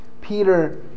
Peter